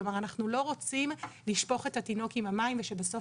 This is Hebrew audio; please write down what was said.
כלומר אנחנו לא רוצים לשפוך את התינוק עם המים ושבסוף